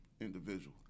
individual